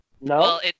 No